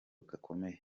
gakomeye